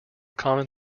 common